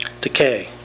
Decay